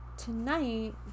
tonight